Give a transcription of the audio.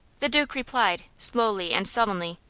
the duke replied, slowly and sullenly,